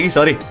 Sorry